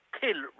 kill